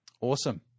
Awesome